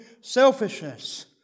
selfishness